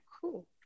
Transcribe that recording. Cool